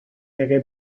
hagué